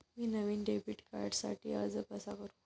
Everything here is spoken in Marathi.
मी नवीन डेबिट कार्डसाठी अर्ज कसा करू?